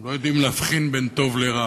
הם לא יודעים להבחין בין טוב לרע.